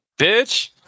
bitch